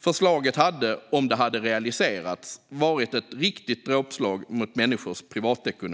Förslaget hade, om det hade realiserats, varit ett riktigt dråpslag mot människors privatekonomi.